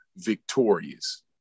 victorious